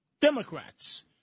Democrats